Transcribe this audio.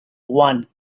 one